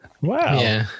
Wow